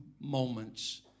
moments